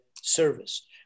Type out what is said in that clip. service